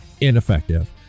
ineffective